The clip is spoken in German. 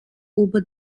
über